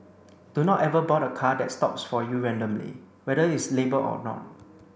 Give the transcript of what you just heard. do not ever board a car that stops for you randomly whether it is labelled or not